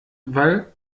weil